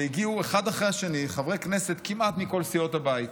הגיעו אחד אחרי השני חברי כנסת כמעט מכל סיעות הבית,